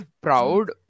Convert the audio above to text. proud